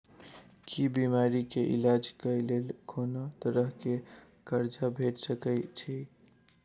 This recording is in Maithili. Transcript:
की बीमारी कऽ इलाज कऽ लेल कोनो तरह कऽ कर्जा भेट सकय छई?